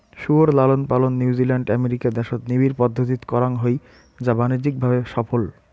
শুয়োর লালনপালন New Zealand, America দ্যাশত নিবিড় পদ্ধতিত করাং হই যা বাণিজ্যিক ভাবে সফল